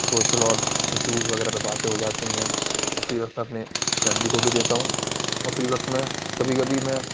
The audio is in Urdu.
سوشل اور ایشوز وغیرہ پہ باتیں ہو جاتی ہیں اور فری وقت اپنے فیملی کو بھی دیتا ہوں اور فری وقت میں کبھی کبھی میں